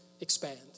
expand